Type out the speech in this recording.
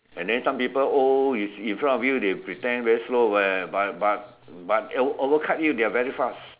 and then some people old in front of you they pretend very slow but but overcut you they very fast